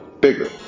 bigger